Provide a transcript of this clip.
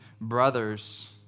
brothers